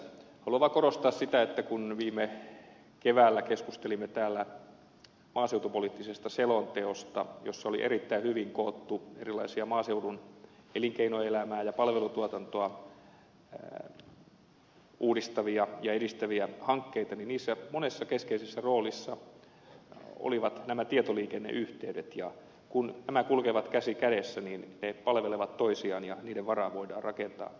haluan vaan korostaa sitä että kun viime keväällä keskustelimme täällä maaseutupoliittisesta selonteosta jossa oli erittäin hyvin koottu erilaisia maaseudun elinkeinoelämää ja palvelutuotantoa uudistavia ja edistäviä hankkeita niin niissä monessa keskeisessä roolissa olivat nämä tietoliikenneyhteydet ja kun nämä kulkevat käsi kädessä niin ne palvelevat toisiaan ja niiden varaan voidaan rakentaa